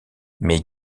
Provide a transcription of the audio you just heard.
mais